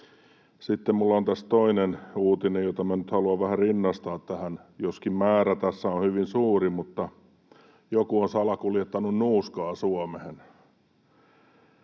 Sitten minulla on tässä toinen uutinen, jota minä nyt haluan vähän rinnastaa tähän, joskin määrä tässä on hyvin suuri, mutta joku on salakuljettanut nuuskaa Suomeen.